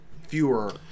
fewer